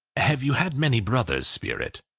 have you had many brothers, spirit?